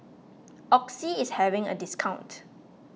Oxy is having a discount